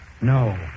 No